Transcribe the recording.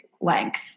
length